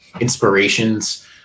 inspirations